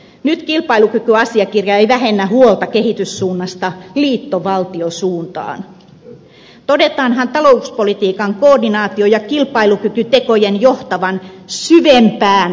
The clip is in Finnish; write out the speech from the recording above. nyt kilpailukykyasiakirja ei vähennä huolta kehityssuunnasta liittovaltiosuuntaan todetaanhan talouspolitiikan koordinaatio ja kilpailukykytekojen johtavan syvempään lähentymiseen